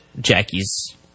Jackie's